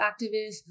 activists